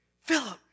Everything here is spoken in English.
Philip